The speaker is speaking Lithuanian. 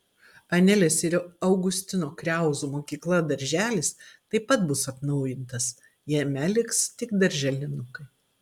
anelės ir augustino kriauzų mokykla darželis taip pat bus atnaujintas jame liks tik darželinukai